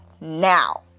now